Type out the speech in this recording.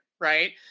right